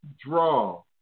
draw